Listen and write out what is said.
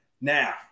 Now